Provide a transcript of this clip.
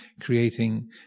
creating